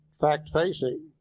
fact-facing